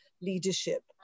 leadership